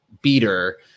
beater